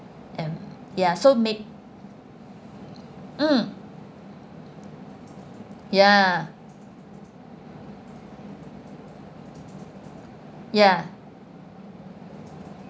and ya so may~ mm ya ya